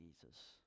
Jesus